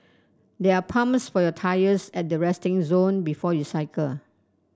there are pumps for your tyres at the resting zone before you cycle